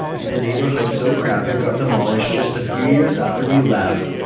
in a neighborhood so crap it got demolished just a few years after we left.